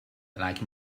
like